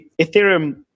Ethereum